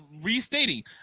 restating